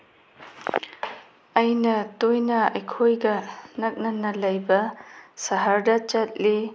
ꯑꯩꯅ ꯇꯣꯏꯅ ꯑꯩꯈꯣꯏꯒ ꯅꯛꯅꯅ ꯂꯩꯕ ꯁꯍ꯭ꯔꯗ ꯆꯠꯂꯤ